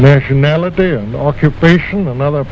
nationality and occupation another